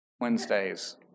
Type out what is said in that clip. Wednesdays